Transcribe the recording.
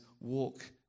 walk